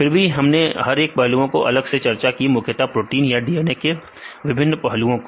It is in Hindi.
फिर हमने हर एक पहलुओं को अलग से चर्चा की मुख्यतः प्रोटीन या DNA के विभिन्न पहलुओं को